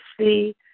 see